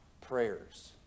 prayers